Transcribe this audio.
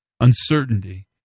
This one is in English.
uncertainty